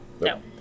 no